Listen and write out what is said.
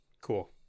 Cool